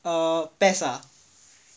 err PES ah